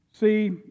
see